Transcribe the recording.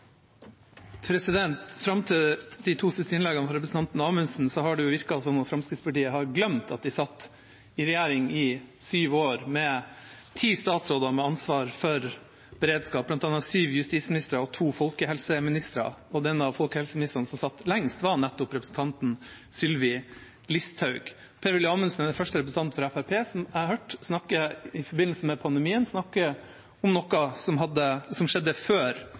Fram til de to siste innleggene fra representanten Amundsen har det jo virket som at Fremskrittspartiet har glemt at de satt i regjering i syv år med ti statsråder med ansvaret for beredskapen, bl.a. syv justisministre og to folkehelseministre, og den av folkehelseministrene som satt lengst, var nettopp representanten Sylvi Listhaug. Per-Willy Amundsen er den første representanten fra Fremskrittspartiet som jeg i forbindelse med pandemien har hørt snakke om noe som skjedde før